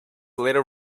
little